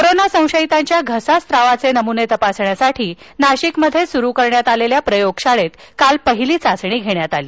corona संशयीतांच्या घसा स्त्रावाचे नमुने तपासण्यासाठी नाशिक मध्ये सुरू करण्यात आलेल्या प्रयोगशाळेतकाल पहिली चाचणी घेण्यात आली